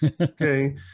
Okay